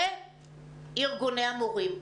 כמו כן, גם ארגוני המורים.